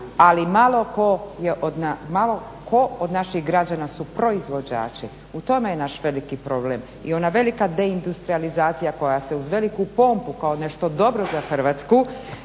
ali malo tko od naših građana su proizvođači, u tome je naš veliki problem i ona velika deindustrijalizacija koja se uz veliku pompu kao nešto dobro za Hrvatsku